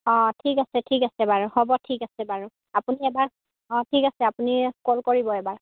অঁ ঠিক আছে ঠিক আছে বাৰু হ'ব ঠিক আছে বাৰু আপুনি এবাৰ অঁ ঠিক আছে আপুনি কল কৰিব এবাৰ